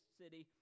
city